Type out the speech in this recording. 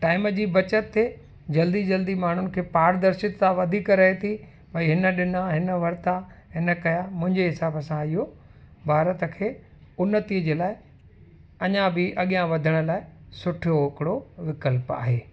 time जी बचति थिए जल्दी जल्दी माण्हुनि खे पारदर्शिता वधीक रहे थी भई हिन ॾिना हिन वरिता हिन कया मुंहिंजे हिसाब सां इहो भारत खे उन्नति जे लाइ अञा बि अॻियां वधण लाइ सुठो हिकिड़ो विकल्प आहे